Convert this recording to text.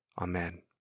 Amen